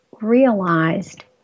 realized